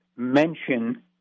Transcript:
mention